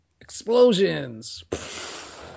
Explosions